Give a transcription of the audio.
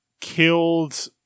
killed